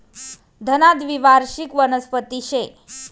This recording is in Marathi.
धना द्वीवार्षिक वनस्पती शे